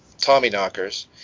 Tommyknockers